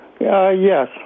Yes